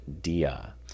Dia